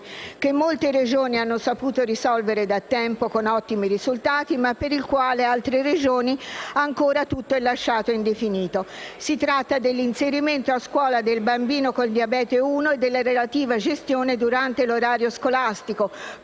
che molte Regioni hanno saputo risolvere da tempo, con ottimi risultati, ma per il quale in altre Regioni ancora tutto è lasciato indefinito. Si tratta dell'inserimento a scuola del bambino con il diabete di tipo 1 e della relativa gestione durante l'orario scolastico,